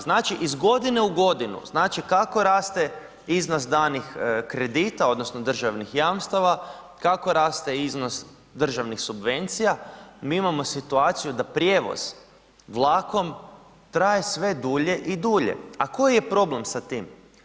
Znači, iz godine u godinu, znači kako raste iznos danih kredita, odnosno državnih jamstava, kako raste iznos državnih subvencija, mi imamo situaciju da prijevoz vlakom traje sve dulje i dulje, a koji je problem sa tim?